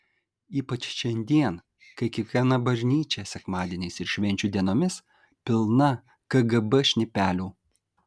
ypač šiandien kai kiekviena bažnyčia sekmadieniais ir švenčių dienomis pilna kgb šnipelių